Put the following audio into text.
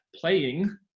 playing